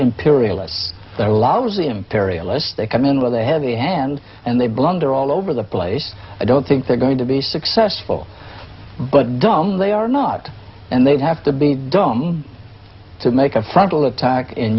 imperialists they're lousy imperialist they come in with a heavy hand and they blunder all over the place i don't think they're going to be successful but dumb they are not and they have to be dumb to make a frontal attack in